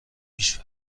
هیچ